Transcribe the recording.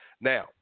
Now